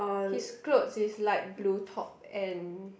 his clothes is like blue top and